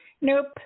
Nope